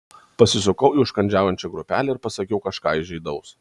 pasisukau į užkandžiaujančią grupelę ir pasakiau kažką įžeidaus